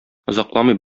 озакламый